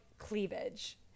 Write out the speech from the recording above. cleavage